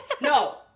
No